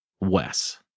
Wes